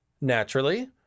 Naturally